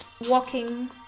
walking